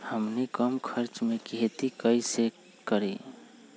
हमनी कम खर्च मे खेती कई से करी?